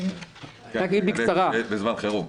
בהיערכות,